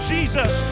Jesus